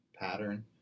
pattern